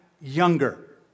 younger